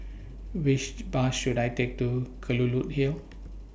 Which Bus should I Take to Kelulut Hill